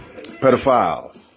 pedophiles